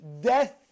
Death